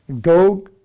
go